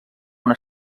una